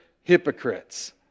hypocrites